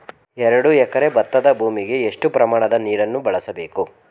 ಎರಡು ಎಕರೆ ಭತ್ತದ ಭೂಮಿಗೆ ಎಷ್ಟು ಪ್ರಮಾಣದ ನೀರನ್ನು ಬಳಸಬೇಕು?